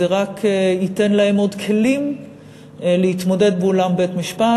זה רק ייתן להם עוד כלים להתמודד באולם בית-המשפט.